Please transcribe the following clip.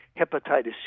hepatitis